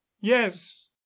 yes